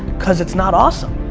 cause it's not awesome.